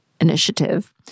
Initiative